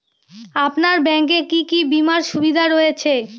আপনার ব্যাংকে কি কি বিমার সুবিধা রয়েছে?